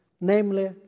namely